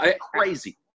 crazy